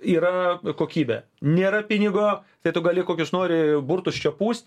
yra kokybė nėra pinigo tai tu gali kokius nori burtus čia pūst